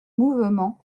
mouvement